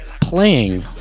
Playing